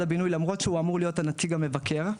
הבינוי למרות שהוא אמור להיות הנציג המבקר.